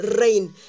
rain